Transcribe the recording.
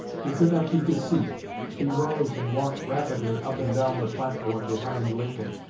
he could not keep his seat he rose and walked rapidly up and down the platform, behind lincoln,